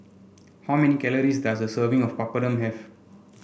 how many calories does a serving of Papadum have